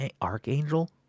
Archangel